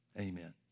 Amen